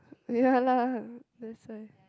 ya lah that's why